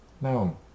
No